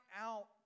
out